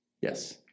Yes